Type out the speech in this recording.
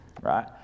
right